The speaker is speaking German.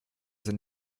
sind